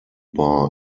bar